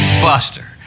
Buster